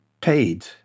paid